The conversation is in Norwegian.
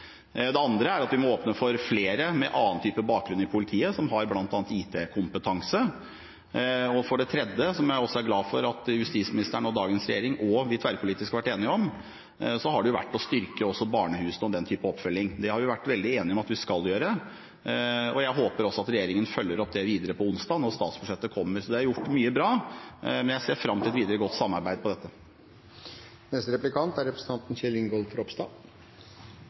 Det andre er at vi må åpne for flere i politiet med annen type bakgrunn, som har bl.a. IT-kompetanse. Og for det tredje, som jeg også er glad for at justisministeren og dagens regjering og vi tverrpolitisk har vært enige om, har det vært å styrke også barnehusene og den type oppfølging. Det har vi vært veldig enige om at vi skal gjøre. Jeg håper også at regjeringen følger opp det videre på onsdag, når statsbudsjettet kommer. Så det er gjort mye bra, men jeg ser fram til videre godt samarbeid om dette. Jeg vil fortsette i samme spor når det gjelder å bekjempe vold og seksuelle overgrep mot barn. Representanten